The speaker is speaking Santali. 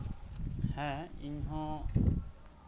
ᱦᱮᱸ ᱤᱧ ᱦᱚᱸ